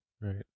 right